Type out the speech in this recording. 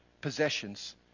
possessions